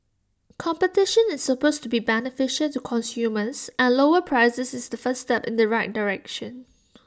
competition is supposed to be beneficial to consumers and lower prices is the first step in the right direction